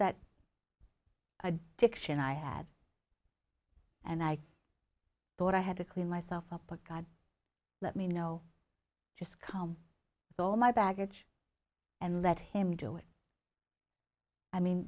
that addiction i had and i thought i had to clean myself up but god let me know just come though my baggage and let him do it i mean